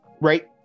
right